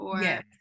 Yes